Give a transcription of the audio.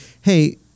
hey